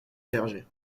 clergé